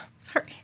sorry